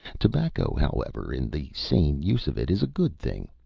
tobacco, however, in the sane use of it, is a good thing.